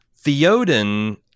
Theoden